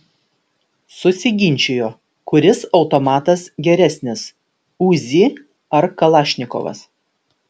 susiginčijo kuris automatas geresnis uzi ar kalašnikovas